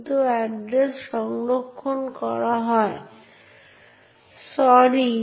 একটি file descriptor পাওয়ার দ্বিতীয় উপায় হল অন্য একটি প্রক্রিয়া থেকে বা শেয়ার্ড মেমরি থেকে